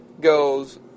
goes